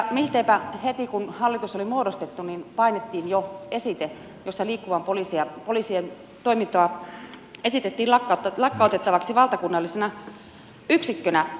milteipä heti kun hallitus oli muodostettu painettiin jo esite jossa liikkuvan poliisin toimintoa esitettiin lakkautettavaksi valtakunnallisena yksikkönä